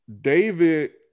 David